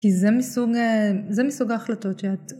כי זה מסוג מסוג ההחלטות שאת